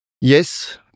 Yes